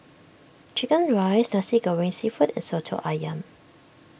Chicken Rice Nasi Goreng Seafood and Soto Ayam